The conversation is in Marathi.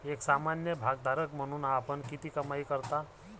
एक सामान्य भागधारक म्हणून आपण किती कमाई करता?